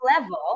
level